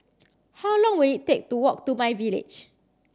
how long will it take to walk to myVillage